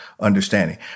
understanding